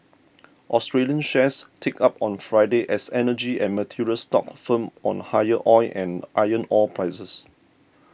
Australian shares ticked up on Friday as energy and materials stocks firmed on higher oil and iron ore prices